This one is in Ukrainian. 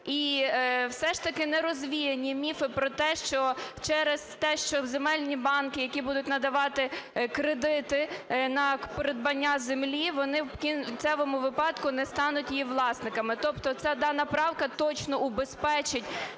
І все ж таки не розвіяні міфи про те, що через те, що в земельні банки, які будуть надавати кредити на придбання землі, вони в кінцевому випадку не стануть її власниками. Тобто це, дана правка, точно убезпечить